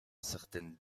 certaines